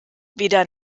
weder